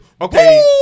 Okay